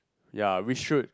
ya we should